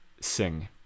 Sing